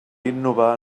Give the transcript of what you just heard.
innovar